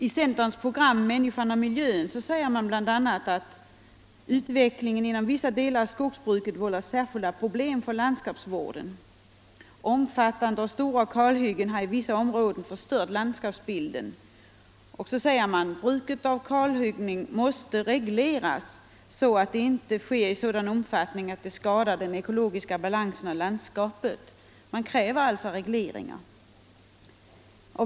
I centerns program ”Människan och miljön” sägs bl.a.: ”Utvecklingen inom vissa delar av skogsbruket vållar särskilda problem för landskapsvården. Omfattande och stora kalhyggen har i vissa områden förstört landskapsbilden.” Och så säger man: ”Bruket av kalhuggning måste regleras så att det inte sker i sådan omfattning att det skadar den ekologiska balansen och landskapet.” Man kräver alltså en reglering.